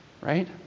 right